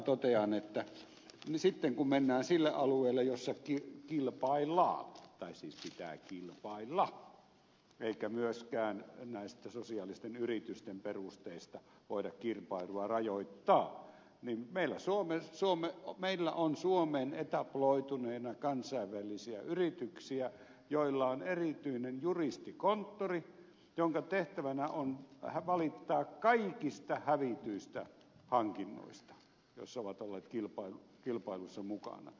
totean että sitten kun mennään sille alueelle jossa kilpaillaan tai siis pitää kilpailla eikä myöskään näistä sosiaalisten yritysten perusteista voida kilpailua rajoittaa meillä on suomeen etabloituneena kansainvälisiä yrityksiä joilla on erityinen juristikonttori jonka tehtävänä on valittaa kaikista hävityistä hankinnoista jos ovat olleet kilpailussa mukana